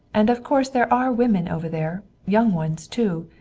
and of course there are women over there young ones too.